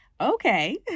Okay